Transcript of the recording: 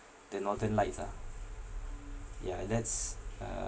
the northern lights ah yeah that's uh